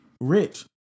rich